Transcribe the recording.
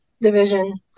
division